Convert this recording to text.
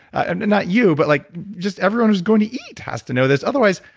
and and not you but like just everyone who's going to eat has to know this. otherwise,